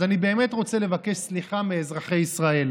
אז אני באמת רוצה לבקש סליחה מאזרחי ישראל